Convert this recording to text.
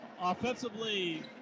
offensively